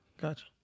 Gotcha